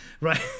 Right